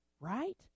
right